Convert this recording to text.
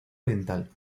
oriental